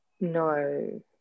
No